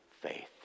faith